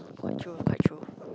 quite true quite true